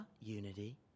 unity